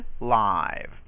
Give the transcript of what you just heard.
live